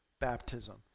baptism